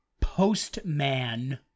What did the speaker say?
postman